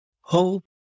Hope